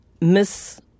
miss